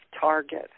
target